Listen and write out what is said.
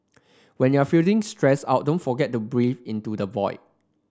when you are feeling stressed out don't forget to breathe into the void